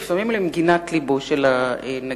לפעמים למגינת לבו של הנגיד,